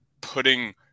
putting